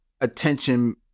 attention